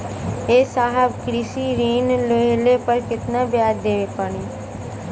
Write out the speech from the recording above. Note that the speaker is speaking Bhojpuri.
ए साहब कृषि ऋण लेहले पर कितना ब्याज देवे पणी?